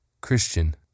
Christian